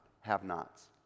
have-nots